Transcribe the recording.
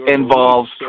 involves